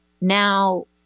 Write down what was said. Now